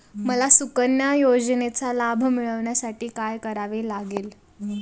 मला सुकन्या योजनेचा लाभ मिळवण्यासाठी काय करावे लागेल?